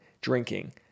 drinking